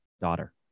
daughter